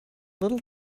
little